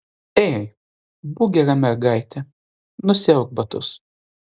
ei būk gera mergaitė nusiauk batus